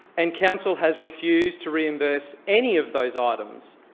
and council has refused to reimburse any of those items.